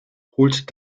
holt